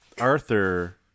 Arthur